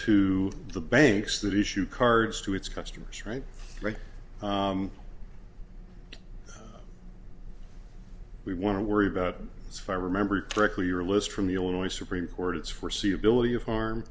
to the banks that issue cards to its customers right right we want to worry about this fire remember correctly your list from the illinois supreme court it's for see ability of harm